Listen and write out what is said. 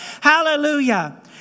Hallelujah